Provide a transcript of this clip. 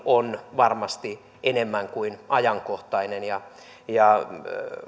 on varmasti enemmän kuin ajankohtainen